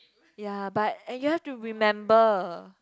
ya but and you have to remember